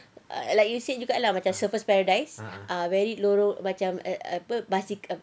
like you said juga lah macam surfer's paradise ah very loro~ macam apa sik~ apa